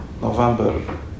november